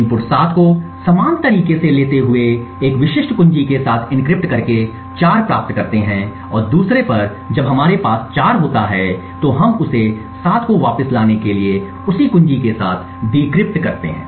input 7 को समान तरीके से लेते हुए इसे एक विशिष्ट कुंजी के साथ एन्क्रिप्ट करके 4 प्राप्त करते हैं और दूसरे पर जब हमारे पास 4 होते हैं तो हम इसे 7 को वापस लाने के लिए उसी कुंजी के साथ डिक्रिप्ट करते हैं